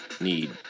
need